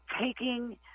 taking